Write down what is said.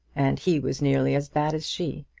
and he was nearly as bad as she.